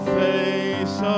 face